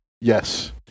Yes